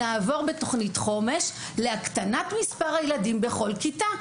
אנחנו נעבור בתוכנית חומש להקטנת מספר הילדים בכל כיתה,